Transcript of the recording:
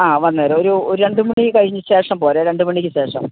ആ വന്നേര് ഒരു ഒരു രണ്ടു മണി കഴിഞ്ഞ ശേഷം പോരേ രണ്ടുമണിക്കുശേഷം